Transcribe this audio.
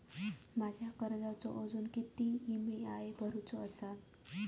माझ्या कर्जाचो अजून किती ई.एम.आय भरूचो असा?